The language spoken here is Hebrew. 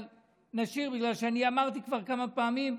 אבל נשאיר, אני אמרתי כבר כמה פעמים: